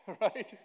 right